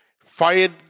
fired